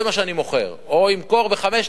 זה מה שאני מוכר, או ימכור ב-5,000.